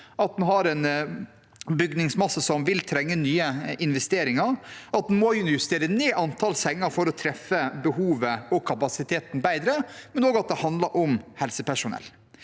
at en har en bygningsmasse som vil trenge nye investeringer, og at en må justere ned antall senger for å treffe behovet og kapasiteten bedre, men det handler også om helsepersonell.